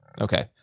Okay